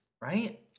right